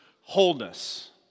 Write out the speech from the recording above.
wholeness